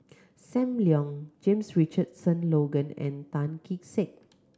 Sam Leong James Richardson Logan and Tan Kee Sek